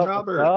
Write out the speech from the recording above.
Robert